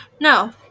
No